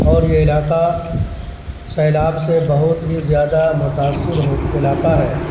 اور یہ علاقہ سیلاب سے بہت ہی زیادہ متأثر ہو علاقہ ہے